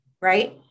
right